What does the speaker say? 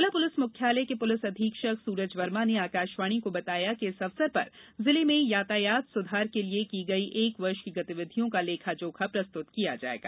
जिला पुलिस मुख्यालय के पुलिस अधीक्षक सूरज वर्मा ने आकाषवाणी को बताया कि इस अवसर पर जिले में यातायात सुधार के लिए की गई एक वर्ष की गतिविधियों का लेखा जोखा प्रस्तुत किया जाएगा